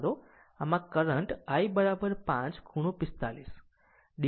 આમ current i 5 ખૂણો 45 o બરાબર